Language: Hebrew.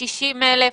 60,000,